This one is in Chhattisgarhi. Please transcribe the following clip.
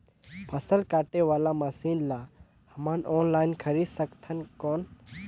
फसल काटे वाला मशीन ला हमन ऑनलाइन खरीद सकथन कौन?